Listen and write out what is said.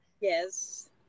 yes